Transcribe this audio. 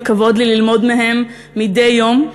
וכבוד לי ללמוד מהם מדי יום,